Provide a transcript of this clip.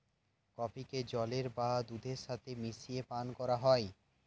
কফিকে জলের বা দুধের সাথে মিশিয়ে পান করা হয়